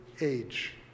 age